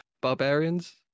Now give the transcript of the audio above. Barbarians